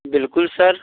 बिल्कुल सर